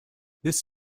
this